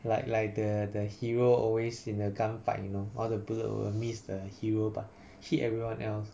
like like the the hero always in a gun fight you know all the bullet will miss the hero but hit everyone else